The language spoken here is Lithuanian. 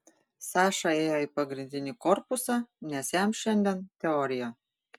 saša ėjo į pagrindinį korpusą nes jam šiandien teorija